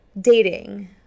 dating